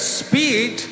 speed